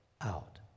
out